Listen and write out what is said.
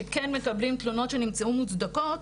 שכן מקבלים תלונות שנמצאו מוצדקות,